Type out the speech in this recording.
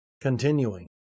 Continuing